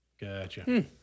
Gotcha